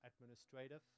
administrative